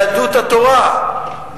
יהדות התורה,